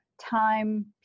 time